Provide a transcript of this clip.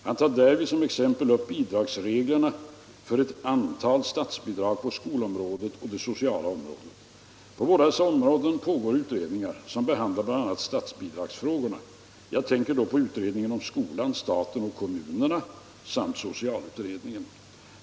Han tar därvid som exempel upp bidragsreglerna för ett antal statsbidrag på skolområdet och det sociala området. På båda dessa områden pågår utredningar som behandlar bl.a. statsbidragsfrågorna. Jag tänker då på utredningen om skolan, staten och kommunerna samt socialutredningen.